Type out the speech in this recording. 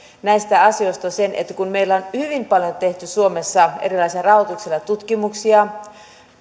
näistä asioista sen että kun meillä on hyvin paljon tehty suomessa erilaisilla rahoituksilla tutkimuksia